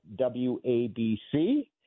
WABC